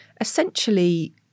essentially